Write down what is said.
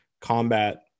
combat